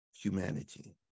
humanity